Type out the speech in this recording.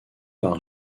par